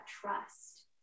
trust